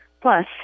Plus